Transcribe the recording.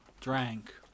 drank